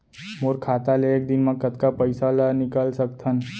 मोर खाता ले एक दिन म कतका पइसा ल निकल सकथन?